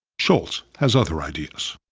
shultz has other ideas.